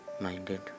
minded